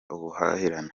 ubuhahirane